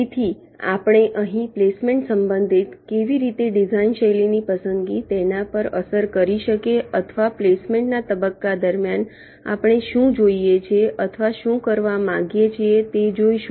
તેથી આપણે અહીં પ્લેસમેન્ટ સંબંધિત કેવી રીતે ડિઝાઇન શૈલીની પસંદગી તેના પર અસર કરી શકે અથવા પ્લેસમેન્ટના તબક્કા દરમિયાન આપણે શું જોઇયે છે અથવા શું કરવા માગીએ છીએ છે તે જોઈશું